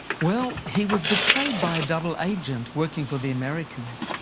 well, he was betrayed by a double agent working for the americans.